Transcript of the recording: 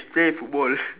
play football